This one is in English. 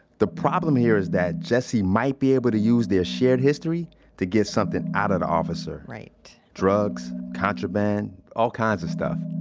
the problem here is that jesse might be able to use their shared history to get something out of the officer right drugs, contraband, all kinds of stuff.